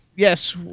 Yes